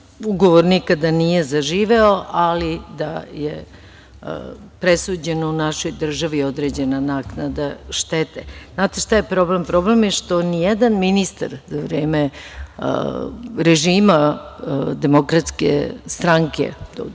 ugovor nikada nije zaživeo, ali da je presuđeno u našoj državi određena naknada štete. Znate šta je problem? Problem je što nijedan ministar za vreme režima Demokratske stranke do